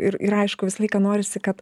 ir ir aišku visą laiką norisi kad